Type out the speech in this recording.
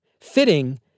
Fitting